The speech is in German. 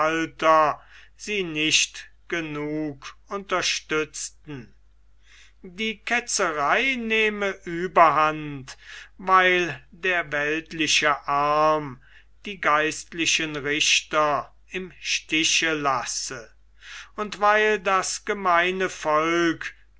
sie nicht genug unterstützten die ketzerei nehme überhand weil der weltliche arm die geistlichen richter im stiche lasse und weil das gemeine volk